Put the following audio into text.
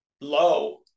low